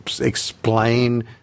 explain